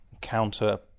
counter